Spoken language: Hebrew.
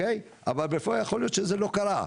אבל בפועל יכול להיות שזה לא קרה.